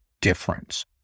difference